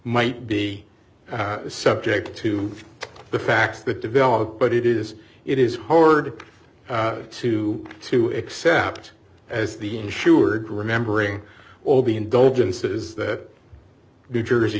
might be subject to the facts that developed but it is it is hard to to accept as the insured remembering all the indulgences that the jersey